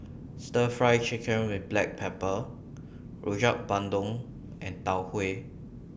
Stir Fry Chicken with Black Pepper Rojak Bandung and Tau Huay